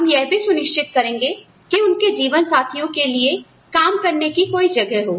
हम यह भी सुनिश्चित करेंगे कि उनके जीवन साथियों के लिए काम करने के लिए कोई जगह हो